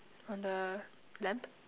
on the lamp